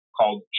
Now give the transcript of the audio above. called